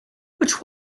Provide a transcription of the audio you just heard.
but